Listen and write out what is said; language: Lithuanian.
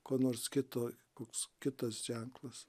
ko nors kito koks kitas ženklas